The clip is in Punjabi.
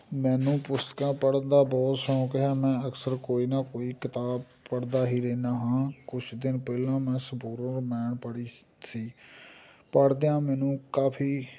ਮੈਨੂੰ ਪੁਸਤਕਾਂ ਪੜ੍ਹਨ ਦਾ ਬਹੁਤ ਸ਼ੌਕ ਹੈ ਮੈਂ ਅਕਸਰ ਕੋਈ ਨਾ ਕੋਈ ਕਿਤਾਬ ਪੜ੍ਹਦਾ ਹੀ ਰਹਿੰਦਾ ਹਾਂ ਕੁਝ ਦਿਨ ਪਹਿਲਾਂ ਮੈਂ ਸੰਪੂਰਨ ਮੈਨ ਪੜ੍ਹੀ ਸੀ ਪੜ੍ਹਦਿਆਂ ਮੈਨੂੰ ਕਾਫੀ